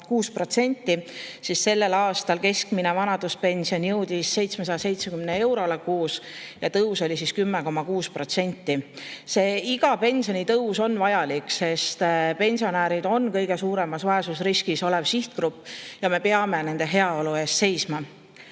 17,6%, siis sellel aastal jõudis keskmine vanaduspension 770 euroni kuus ja tõus oli 10,6%. Iga pensionitõus on vajalik, sest pensionärid on kõige suuremas vaesusriskis olev sihtgrupp. Me peame nende heaolu eest seisma.